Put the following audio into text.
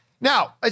Now